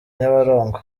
nyabarongo